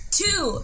two